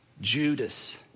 Judas